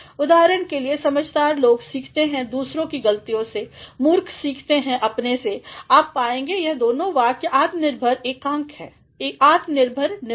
उदाहरण के लिए समझदार लोग सीखते हैं दूसरों कि गलतियों से मूर्ख सीखकते हैं अपने से आप पाएंगे कि यह दो वाक्य आत्मनिर्भर एकांकहैं आत्मनिर्भर निर्माण